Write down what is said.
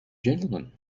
gentlemen